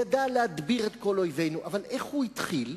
ידע להדביר את כל אויבינו, אבל איך הוא התחיל?